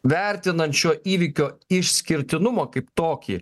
vertinant šio įvykio išskirtinumo kaip tokį